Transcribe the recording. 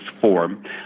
form